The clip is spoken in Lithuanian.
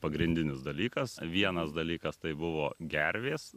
pagrindinis dalykas vienas dalykas tai buvo gervės